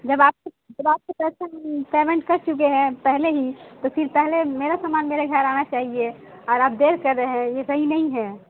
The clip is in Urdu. جب آپ کو جب آپ کو پیسہ پیمنٹ کر چکے ہیں پہلے ہی تو پھر پہلے میرا سامان میرے گھر آنا چاہیے اور آپ دیر کر رہے ہیں یہ صحیح نہیں ہے